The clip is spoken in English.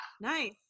Nice